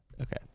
Okay